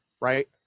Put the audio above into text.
right